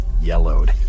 yellowed